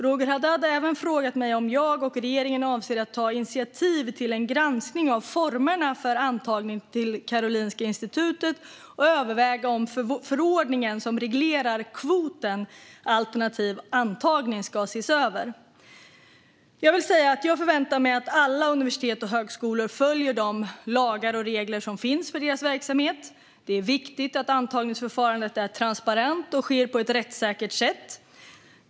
Roger Haddad har även frågat mig om jag och regeringen avser att ta initiativ till en granskning av formerna för antagning till Karolinska institutet och överväga om förordningen som reglerar kvoten alternativ antagning ska ses över. Jag förväntar mig att alla universitet och högskolor följer de lagar och regler som finns för deras verksamhet. Det är viktigt att antagningsförfarandet är transparent och sker på ett rättssäkert sätt.